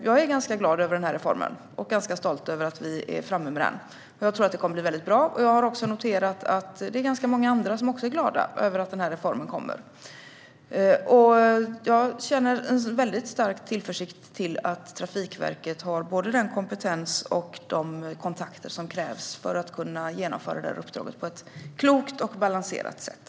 Jag är ganska glad över reformen och ganska stolt över att vi är framme med den. Jag tror att det kommer att bli väldigt bra. Jag har noterat att det är ganska många andra som också är glada över att reformen kommer. Jag känner en väldigt stark tillförsikt att Trafikverket har både den kompetens och de kontakter som krävs för att kunna genomföra uppdraget på ett klokt och balanserat sätt.